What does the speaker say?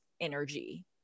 energy